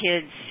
kids